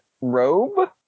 robe